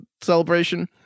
celebration